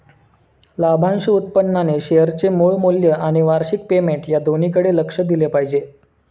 लाभांश उत्पन्नाने शेअरचे मूळ मूल्य आणि वार्षिक पेमेंट या दोन्हीकडे लक्ष दिले पाहिजे